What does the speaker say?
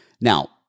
Now